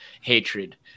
hatred